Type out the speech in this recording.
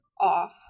off